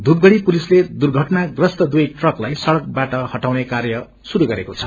धुपगढ़ी पुलिसले दुर्घटनाप्रस्त दुवै ट्रकलाई सड़कबाट हटाउने कार्य शुरू गरेको छ